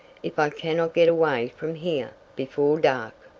if i cannot get away from here before dark!